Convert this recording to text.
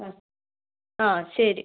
ആ ആ ശരി